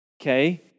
Okay